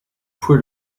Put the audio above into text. fouet